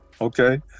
okay